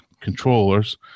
controllers